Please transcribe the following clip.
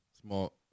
Small